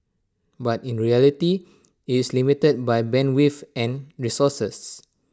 but in reality it's limited by bandwidth and resources